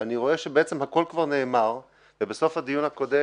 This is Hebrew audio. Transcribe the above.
ואני רואה שבעצם הכול כבר נאמר ובסוף הדיון הקודם